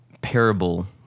parable